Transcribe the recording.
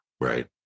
right